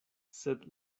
sed